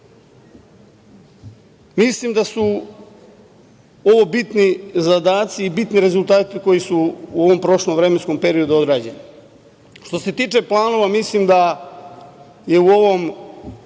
Mislim da su ovo bitni zadaci i bitni rezultati koji su u ovom prošlom vremenskom periodu odrađeni. Što se tiče planova, mislim da je u ovom